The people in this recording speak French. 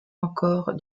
encore